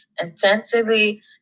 Intensively